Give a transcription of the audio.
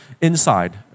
Inside